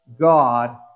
God